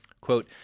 Quote